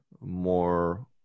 more